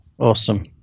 Awesome